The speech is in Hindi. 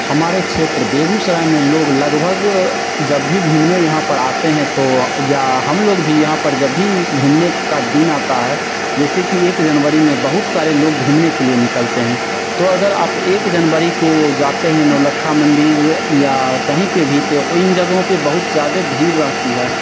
हमारे क्षेत्र बेगूसराय में लोग लगभग जब भी घूमने यहाँ पर आते हैं तो या हम लोग भी यहाँ पर जब भी घूमने का दिन आता है जैसे कि एक जनवरी में बहुत सारे लोग घूमने के लिए निकलते हैं तो अगर आप एक जनवरी को जाते हैं नौलखा मंदिर या या कहीं पर भी तो इन जगहों पर बहुत ज्यादा भीड़ रहती है